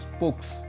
books